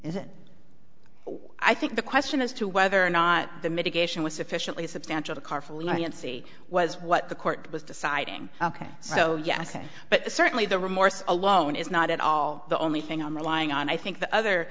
is it i think the question as to whether or not the mitigation was sufficiently substantial car for leniency was what the court was deciding ok so yes but certainly the remorse alone is not at all the only thing on relying on i think the other